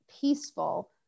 peaceful